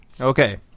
Okay